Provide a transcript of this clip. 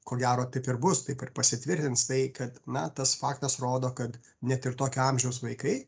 ko gero taip ir bus taip ir pasitvirtins tai kad na tas faktas rodo kad net ir tokio amžiaus vaikai